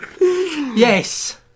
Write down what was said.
Yes